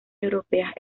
europeas